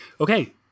Okay